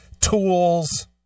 tools